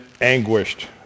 anguished